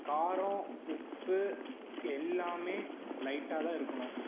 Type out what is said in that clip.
காரம் உப்பு எல்லாமே லைட்டாக தான் இருக்கணும்